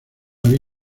había